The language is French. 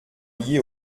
lié